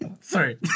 Sorry